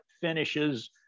finishes